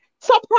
surprise